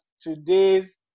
today's